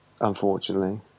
unfortunately